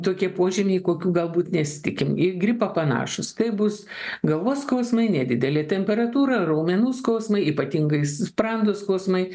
tokie požymiai kokių galbūt nesitikim į gripą panašūs tai bus galvos skausmai nedidelė temperatūra raumenų skausmai ypatingai sprando skausmai